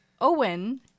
Owen